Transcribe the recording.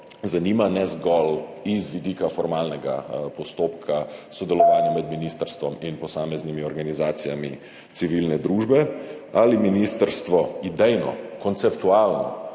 zanima, ne zgolj z vidika formalnega postopka sodelovanja med ministrstvom in posameznimi organizacijami civilne družbe, ali ministrstvo idejno, konceptualno